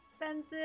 expensive